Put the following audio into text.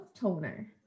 toner